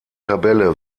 tabelle